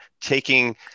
taking